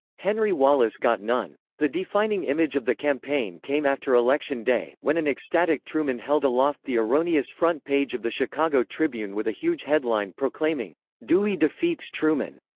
henry wallace got none. the defining image of the campaign came after election day, when an ecstatic truman held aloft the erroneous front page of the chicago tribune with a huge headline proclaiming dewey defeats truman.